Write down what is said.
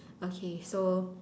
okay so